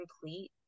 complete